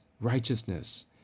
righteousness